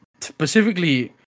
specifically